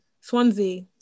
Swansea